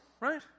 right